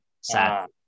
Sad